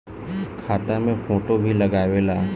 खाता मे फोटो भी लागे ला?